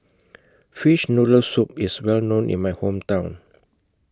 Fish Noodle Soup IS Well known in My Hometown